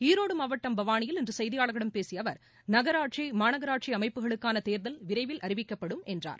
ஈரோடு மாவட்டம் பவானியில் இன்று செய்தியாளர்களிடம் பேசிய அவர் நகராட்சி மாநகராட்சி அமைப்புகளுக்கான தேர்தல் விரைவில் அறிவிக்கப்படும் என்றார்